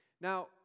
Now